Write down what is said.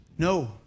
No